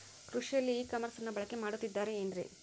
ಕೃಷಿಯಲ್ಲಿ ಇ ಕಾಮರ್ಸನ್ನ ಬಳಕೆ ಮಾಡುತ್ತಿದ್ದಾರೆ ಏನ್ರಿ?